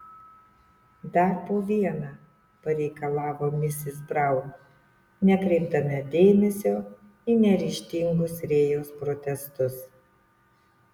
dar po vieną pareikalavo misis braun nekreipdama dėmesio į neryžtingus rėjaus protestus